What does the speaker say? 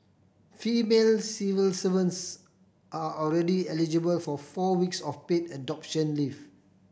female civil servants are already eligible for four weeks of paid adoption leave